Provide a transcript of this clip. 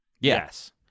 Yes